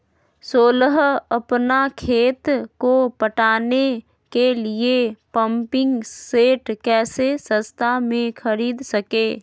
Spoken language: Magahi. सोलह अपना खेत को पटाने के लिए पम्पिंग सेट कैसे सस्ता मे खरीद सके?